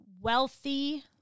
wealthy